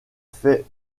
fait